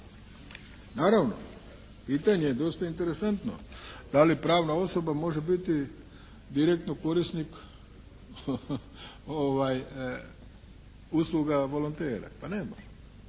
naravno pitanje je dosta interesantno, da li pravna osoba može biti direktno korisnik usluga volontera. Pa ne